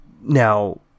Now